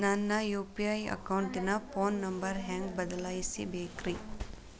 ನನ್ನ ಯು.ಪಿ.ಐ ಅಕೌಂಟಿನ phone number ಹೆಂಗ್ ಬದಲಾಯಿಸ ಬೇಕ್ರಿ?